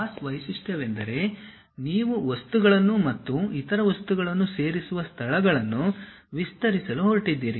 boss ವೈಶಿಷ್ಟ್ಯವೆಂದರೆ ನೀವು ವಸ್ತುಗಳನ್ನು ಮತ್ತು ಇತರ ವಸ್ತುಗಳನ್ನು ಸೇರಿಸುವ ಸ್ಥಳಗಳನ್ನು ವಿಸ್ತರಿಸಲು ಹೊರಟಿದ್ದೀರಿ